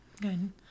Good